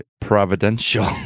providential